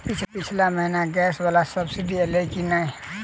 पिछला महीना गैस वला सब्सिडी ऐलई की नहि?